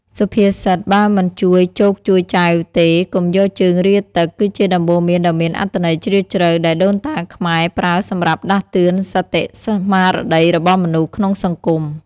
សុភាសិត «បើមិនជួយចូកជួយចែវទេ កុំយកជើងរាទឹក» គឺជាដំបូន្មានដ៏មានអត្ថន័យជ្រាលជ្រៅដែលដូនតាខ្មែរប្រើសម្រាប់ដាស់តឿនសតិស្មារតីរបស់មនុស្សក្នុងសង្គម។